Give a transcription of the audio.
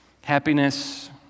Happiness